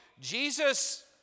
Jesus